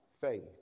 faith